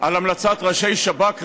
על המלצת ראשי שב"כ רצופה,